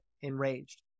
enraged